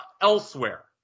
elsewhere